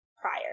prior